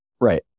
Right